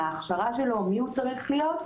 מה ההכשרה שלו ומי הוא צריך להיות.